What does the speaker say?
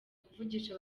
kuvugisha